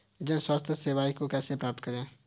जन स्वास्थ्य सेवाओं को कैसे प्राप्त करें?